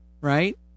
right